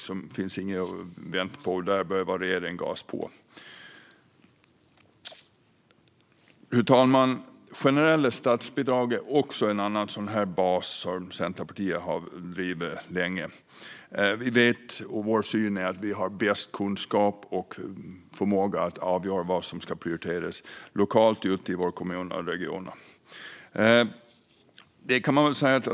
Det finns inget att vänta på - regeringen behöver bara gasa på. Fru talman! Generella statsbidrag är en annan bas som Centerpartiet har drivit länge. Vår syn är att vi har bäst kunskap och förmåga att avgöra vad som ska prioriteras lokalt ute i våra kommuner och regioner.